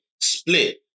split